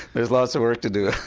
there's lots of work to do.